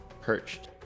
perched